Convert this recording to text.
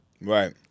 Right